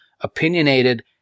opinionated